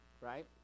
right